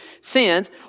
sins